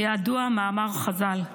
וידוע מאמר חז"ל במשנה: